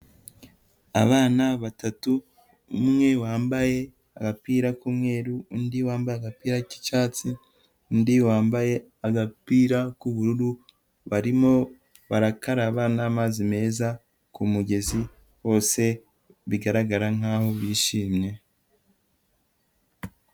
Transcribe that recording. Abana batatu, umwe wambaye agapira k'umweru, undi wambaye agapira k'icyatsi, undi wambaye agapira k'ubururu, barimo barakaraba n'amazi meza ku mugezi, bose bigaragara nkaho bishimye.